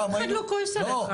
אף אחד לא כועס עליך.